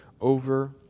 over